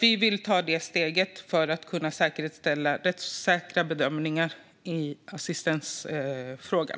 Vi vill ta det steget för att kunna säkerställa rättssäkra bedömningar i assistansfrågan.